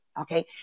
Okay